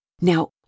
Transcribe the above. Now